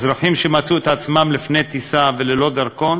אזרחים שמצאו את עצמם לפני טיסה ללא דרכון